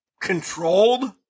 controlled